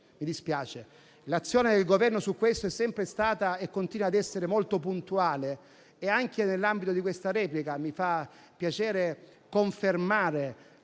mi dispiace: l'azione del Governo su questo è sempre stata e continua ad essere molto puntuale e, anche nell'ambito di questa replica, mi fa piacere confermare